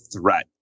threat